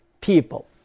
people